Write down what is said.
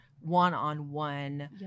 one-on-one